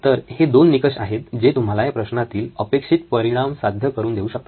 तर हेच ते दोन निकष आहेत जे तुम्हाला या प्रश्नातील अपेक्षित परिणाम साध्य करून देऊ शकतात